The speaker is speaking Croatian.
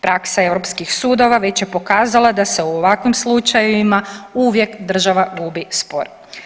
Praksa europskih sudova već je pokazala da se u ovakvim slučajevima uvijek država gubi spor.